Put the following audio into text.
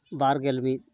ᱵᱟᱨ ᱜᱮᱞ ᱢᱤᱫ